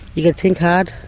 you got think hard.